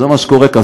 זה מה שקורה כאן.